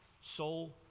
soul